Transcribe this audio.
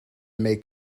may